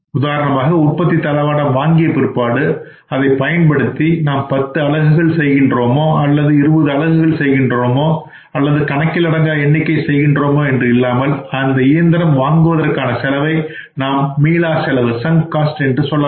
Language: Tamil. உற்பத்தி தளவாடம் வாங்கிய பிற்பாடு அதைப் பயன்படுத்தி நாம் பத்து அலகுகள் செய்கின்றோமோ 20 அலகுகள் செய்கின்றோமோ அல்லது கணக்கிலடங்கா எண்ணிக்கை செய்கின்றோமோ என்று பாராமல் அந்த இயந்திரம் வாங்குவதற்கான செலவை நாம் சன்ங் காஸ்ட் என்று சொல்லலாம்